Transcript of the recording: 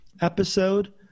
episode